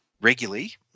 regularly